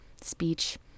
speech